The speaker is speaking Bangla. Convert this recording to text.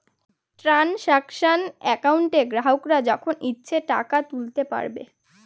ট্রানসাকশান একাউন্টে গ্রাহকরা যখন ইচ্ছে টাকা তুলতে পারবে